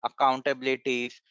accountabilities